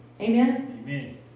Amen